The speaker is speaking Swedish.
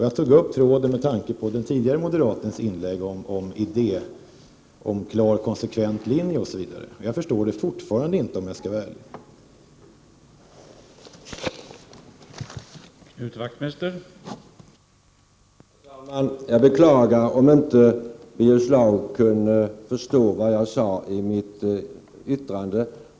Jag tog upp tråden med tanke på den tidigare moderatens inlägg om en klar, konsekvent linje, och jag förstår det fortfarande inte, om jag skall vara ärlig.